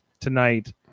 tonight